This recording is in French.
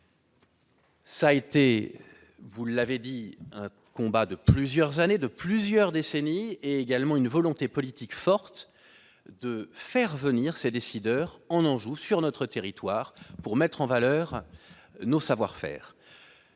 aura fallu, vous l'avez dit, un combat de plusieurs années, sinon de plusieurs décennies, ainsi qu'une volonté politique forte, pour faire venir ces décideurs en Anjou, sur notre territoire, et mettre ainsi en valeur nos savoir-faire.